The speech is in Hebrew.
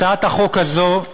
הצעת החוק הזו,